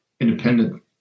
independent